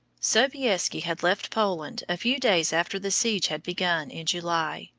sobieski had left poland a few days after the siege had begun in july,